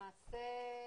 למעשה,